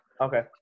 Okay